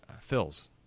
fills